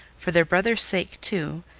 for their brother's sake, too,